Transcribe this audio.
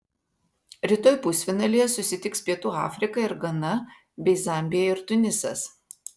rytoj pusfinalyje susitiks pietų afrika ir gana bei zambija ir tunisas